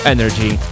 Energy